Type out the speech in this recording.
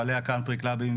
בעלי הקאונטרי קלאבים,